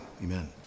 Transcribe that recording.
Amen